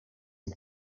and